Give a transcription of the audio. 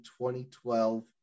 2012